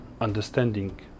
understanding